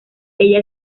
ella